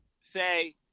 say